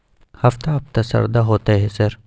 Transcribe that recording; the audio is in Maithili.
हफ्ता हफ्ता शरदा होतय है सर?